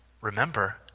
Remember